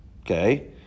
Okay